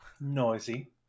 Noisy